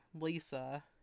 Lisa